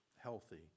healthy